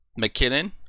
McKinnon